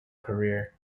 career